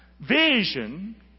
Vision